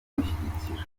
kumushyigikira